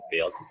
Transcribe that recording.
field